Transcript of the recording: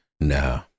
No